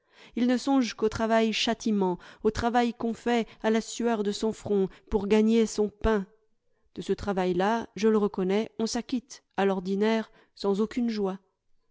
ils ne songent qu'au travail châtiment au travail qu'on fait à la sueur de son front pour gagner son pain de ce travail-là je le reconnais on s'acquitte à l'ordinaire sans aucune joie